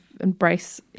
embrace